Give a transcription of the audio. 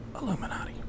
Illuminati